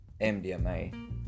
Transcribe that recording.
mdma